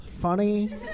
Funny